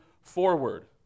forward